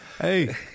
Hey